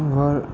ओमहर